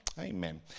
Amen